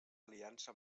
aliança